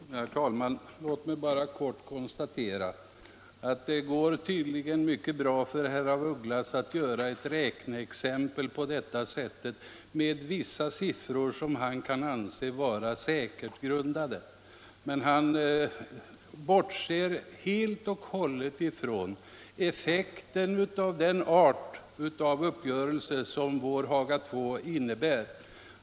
Herr talman! Låt mig bara kort konstatera att det tydligen går mycket bra för herr af Ugglas att göra ett räkneexempel på detta sätt med vissa siffror, som han kan anse vara säkert grundade. Han bortser dock helt från effekten av en sådan uppgörelse som Haga II innebär.